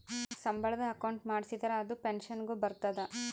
ಸಂಬಳದ ಅಕೌಂಟ್ ಮಾಡಿಸಿದರ ಅದು ಪೆನ್ಸನ್ ಗು ಬರ್ತದ